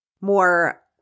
more